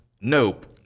Nope